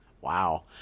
Wow